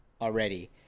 already